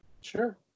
Sure